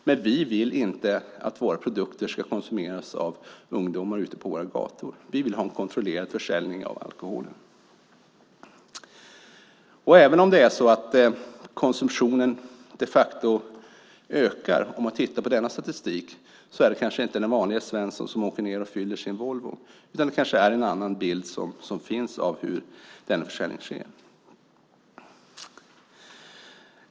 Men vi vill inte att våra produkter ska konsumeras av ungdomar ute på våra gator. Vi vill ha en kontrollerad försäljning av alkoholen. Även om konsumtionen de facto ökar enligt denna statistik handlar det kanske inte om den vanliga Svensson som åker ned och fyller sin Volvo. Det kanske finns en annan bild av hur försäljningen sker.